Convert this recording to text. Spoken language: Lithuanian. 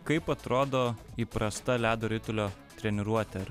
kaip atrodo įprasta ledo ritulio treniruotė ar